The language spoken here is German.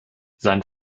sein